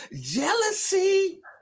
jealousy